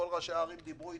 כל ראשי הערים דיברו אתי.